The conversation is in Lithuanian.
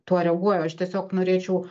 tuo reaguoja aš tiesiog norėčiau